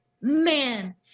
man